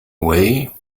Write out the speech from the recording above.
way